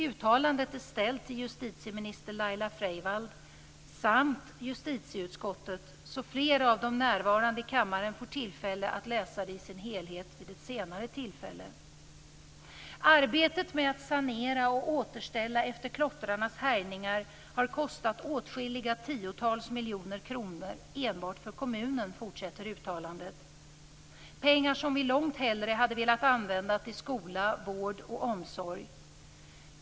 Uttalandet är ställt till justitieminister Laila Freivalds samt justitieutskottet, så flera av de närvarande i kammaren får tillfälle att läsa det i sin helhet vid ett senare tillfälle. "Arbetet med att sanera och återställa efter klottrarnas härjningar har kostat åtskilliga 10-tals miljoner kr enbart för kommunen", fortsätter det, "pengar som vi långt hellre hade velat använda till skola, vård och omsorg.